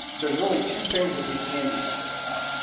there's really two things that we can do something about.